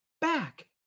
back